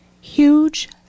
Huge